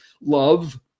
love